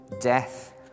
death